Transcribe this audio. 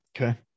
Okay